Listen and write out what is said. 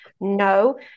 No